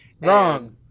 wrong